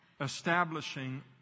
establishing